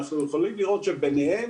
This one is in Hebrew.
אנחנו יכולים לראות שביניהם